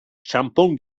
txanpon